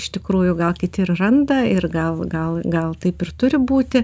iš tikrųjų gal kiti ir randa ir gal gal gal taip ir turi būti